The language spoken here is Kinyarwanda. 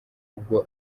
ubwo